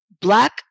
Black